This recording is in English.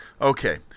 okay